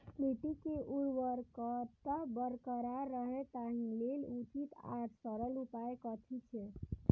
मिट्टी के उर्वरकता बरकरार रहे ताहि लेल उचित आर सरल उपाय कथी छे?